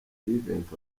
event